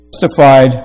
justified